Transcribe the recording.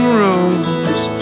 rose